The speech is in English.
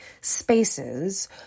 spaces